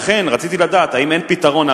לכן רציתי לדעת אם אין פתרון.